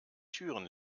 türen